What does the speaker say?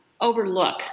overlook